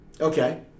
Okay